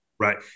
Right